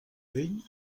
vell